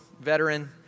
veteran